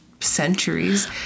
Centuries